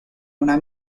una